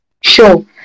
Sure